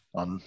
on